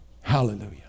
Hallelujah